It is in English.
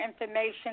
information